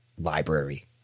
library